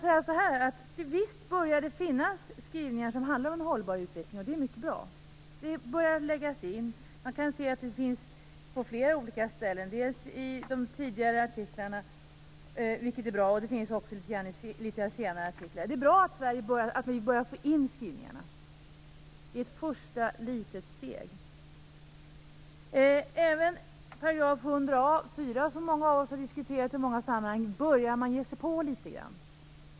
Visst börjar det finnas skrivningar som handlar om en hållbar utveckling, och det är mycket bra. Man kan se det på flera olika ställen, dels i de tidigare artiklarna, vilket är bra, dels i litet senare artiklar. Det är bra att vi börjar få in dessa skrivningar. Det är ett första litet steg. Man börjar även ge sig på artikel 100a punkt 4, som många av oss har diskuterat i många sammanhang.